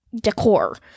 decor